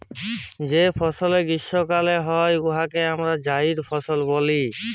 যে ফসলে গীষ্মকালে হ্যয় উয়াকে আমরা জাইদ ফসল ব্যলি